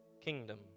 kingdom